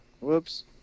Whoops